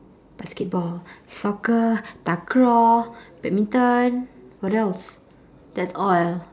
basketball soccer takraw badminton what else that's all